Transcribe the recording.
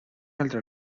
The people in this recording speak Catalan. altre